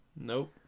nope